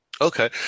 Okay